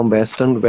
Western